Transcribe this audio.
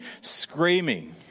screaming